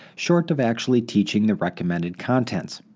short of actually teaching the recommended contents.